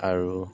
আৰু